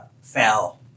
fell